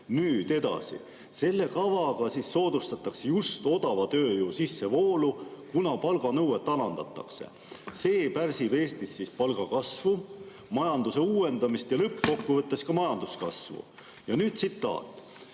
Ja nüüd tsitaat: